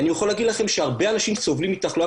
אני יכול להגיד לכם שהרבה אנשים סובלים מתחלואה